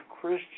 Christian